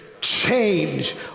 change